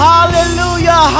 Hallelujah